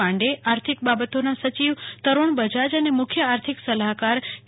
પાંડે આર્થિક બાબતોના સચિવ તરજ્ઞ બજાજ અને મુખ્ય આર્થિક સલાહકાર કે